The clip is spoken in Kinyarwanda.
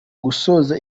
gusoza